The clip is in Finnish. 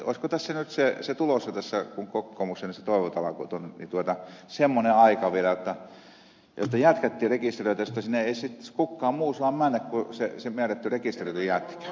olisiko tässä nyt se tulos jo tässä kun kokkoomuksella nämä toivotalkoot on semmoinen aika vielä jotta jätkätkin rekisteröitäisiin että sinne ei sitten kukkaan muu sua mennä kuin se miärätty rekisteröity jätkä